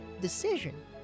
decision